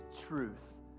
truth